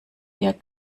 ihr